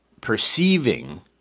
Perceiving